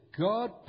God